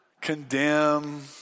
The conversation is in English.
condemn